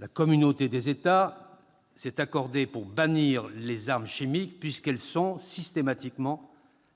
La communauté des États s'est accordée pour bannir les armes chimiques, puisqu'elles sont, systématiquement,